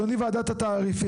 אדוני, ועדת התעריפים.